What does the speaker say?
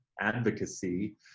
advocacy